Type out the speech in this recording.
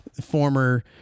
former